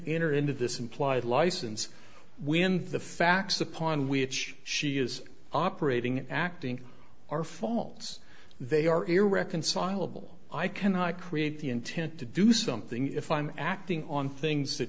enter into this implied license when the facts upon which she is operating acting are faults they are irreconcilable i cannot create the intent to do something if i'm acting on things that